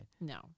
No